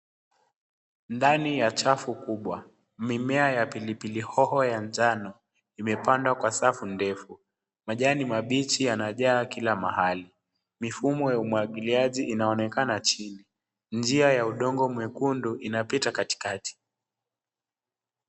Ndani ya chafu kubwa. Mimea ya pilipili hoho ya njano imepandwa kwa safu ndefu. Majani mabichi yanajaa kila mahali. Mifumo ya umwagiliaji inaonekana chini. Njia ya udongo mwekundu inapita katikati.